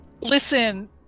Listen